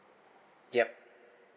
yup